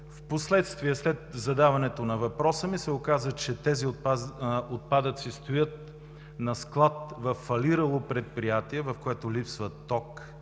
В последствие, след задаването на въпроса ми, се оказа, че тези отпадъци стоят на склад във фалирало предприятие, в което липсват ток